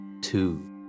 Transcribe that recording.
two